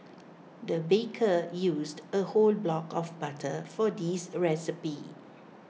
the baker used A whole block of butter for this recipe